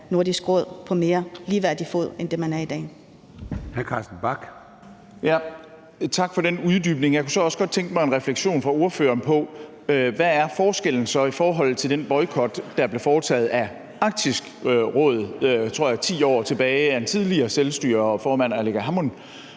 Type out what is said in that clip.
Nordisk Råd på mere ligeværdig fod end det, man er i dag.